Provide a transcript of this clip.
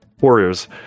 Warriors